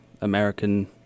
american